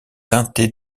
teintée